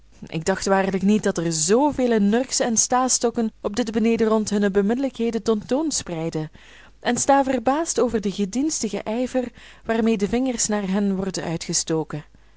ik dacht waarlijk niet dat er z vele nurksen en stastokken op dit benedenrond hunne beminnelijkheden ten toon spreidden en sta verbaasd over den gedienstigen ijver waarmee de vingers naar hen worden uitgestoken